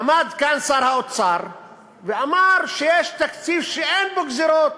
עמד כאן שר האוצר ואמר שיש תקציב שאין בו גזירות,